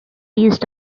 east